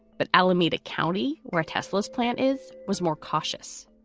but alameda county, where tesla's plant is, was more cautious.